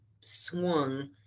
swung